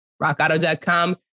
rockauto.com